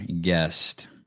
guest